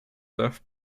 buff